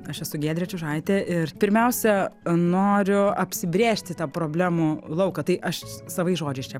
aš esu giedrė čiužaitė ir pirmiausia noriu apsibrėžti tą problemų lauką tai aš s savais žodžiais čia